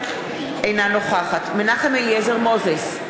אינה נוכחת מנחם אליעזר מוזס,